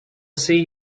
see